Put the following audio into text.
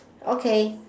okay